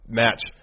match